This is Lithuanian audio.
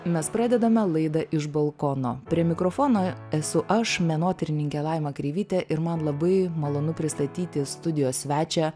mes pradedame laidą iš balkono prie mikrofono esu aš menotyrininkė laima kreivytė ir man labai malonu pristatyti studijos svečią